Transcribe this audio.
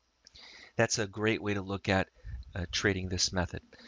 that's a great way to look at trading this method.